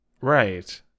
Right